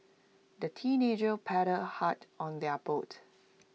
the teenagers paddled hard on their boat